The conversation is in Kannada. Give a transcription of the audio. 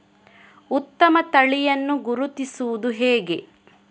ಉತ್ತಮ ತಳಿಯನ್ನು ಗುರುತಿಸುವುದು ಹೇಗೆ?